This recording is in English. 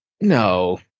No